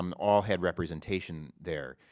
um all had representation there.